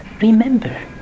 remember